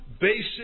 basic